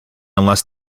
unless